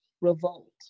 revolt